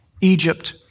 Egypt